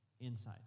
insights